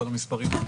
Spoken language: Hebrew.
אבל המספרים,